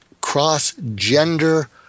cross-gender